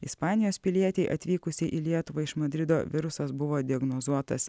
ispanijos pilietei atvykusiai į lietuvą iš madrido virusas buvo diagnozuotas